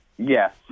Yes